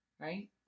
right